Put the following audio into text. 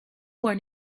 were